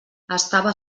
estava